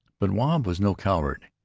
but wahb was no coward.